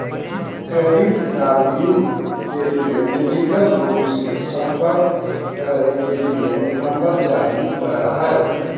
credit कार्डव्यू के लिए डिजिटल रूप से संपर्क करे के लिए नंबर जारी करो हइ